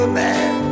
man